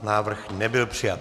Návrh nebyl přijat.